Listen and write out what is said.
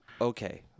Okay